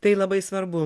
tai labai svarbu